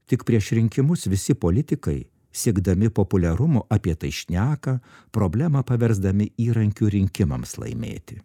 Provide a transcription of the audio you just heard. tik prieš rinkimus visi politikai siekdami populiarumo apie tai šneka problemą paversdami įrankiu rinkimams laimėti